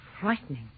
frightening